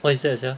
what is that sia